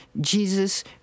Jesus